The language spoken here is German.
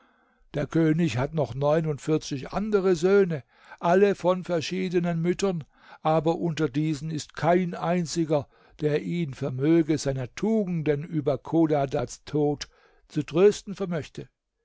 der könig hat noch neunundvierzig andere söhne alle von verschiedenen müttern aber unter diesen ist kein einziger der ihn vermöge seiner tugenden über chodadads tod zu trösten vermöchte